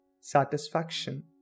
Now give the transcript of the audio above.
satisfaction